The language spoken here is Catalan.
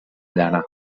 llana